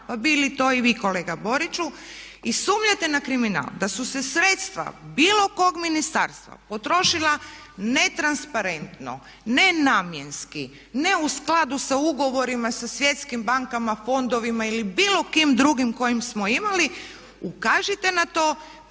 pa bili to i vi kolega Boriću, i sumnjate na kriminal, da su se sredstva bilo kog ministarstva potrošila netransparentno, nenamjenski, ne u skladu sa ugovorima, sa svjetskim bankama, fondovima ili bilo kim drugim kojim smo imali, ukažite na to,